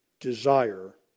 desire